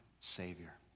Savior